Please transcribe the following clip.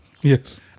Yes